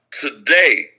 today